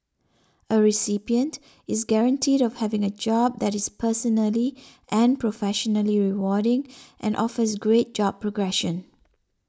a recipient is guaranteed of having a job that is personally and professionally rewarding and offers great job progression